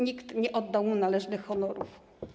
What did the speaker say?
Nikt nie oddał mu należnych honorów.